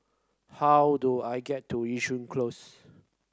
how do I get to Yishun Close